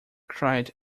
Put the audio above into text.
cried